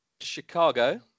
Chicago